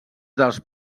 dels